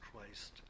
Christ